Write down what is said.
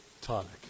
tonic